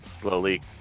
Slowly